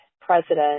president